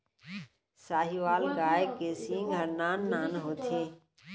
साहीवाल गाय के सींग ह नान नान होथे